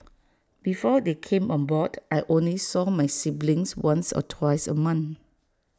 before they came on board I only saw my siblings once or twice A month